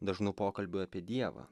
dažnų pokalbių apie dievą